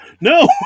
No